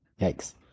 Yikes